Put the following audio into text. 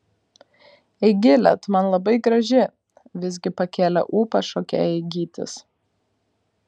eigile tu man labai graži visgi pakėlė ūpą šokėjai gytis